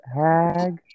hag